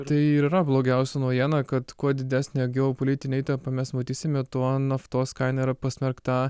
tai yra blogiausia naujiena kad kuo didesnę geopolitinę įtampą mes matysime tuo naftos kaina yra pasmerkta